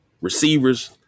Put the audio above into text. receivers